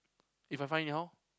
if I find it how